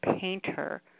painter